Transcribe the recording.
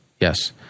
Yes